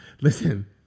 listen